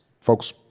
folks